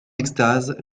extase